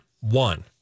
one